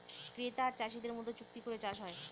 ক্রেতা আর চাষীদের মধ্যে চুক্তি করে চাষ হয়